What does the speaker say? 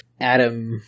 Adam